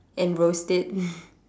and roast it